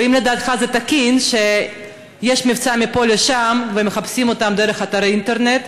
האם לדעתך זה תקין שיש מבצע מפה לשם ומחפשים אותם דרך אתרי אינטרנט?